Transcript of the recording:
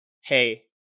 hey